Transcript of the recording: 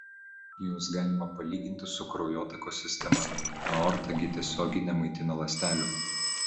juos galima palyginti su kraujotakos sistema aorta gi tiesiogiai nemaitina ląstelių